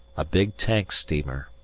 a big tank steamer,